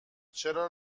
چرا